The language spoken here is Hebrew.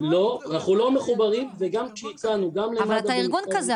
אנחנו לא מחוברים וגם כשהצענו גם למד"א -- אבל אתה ארגון כזה,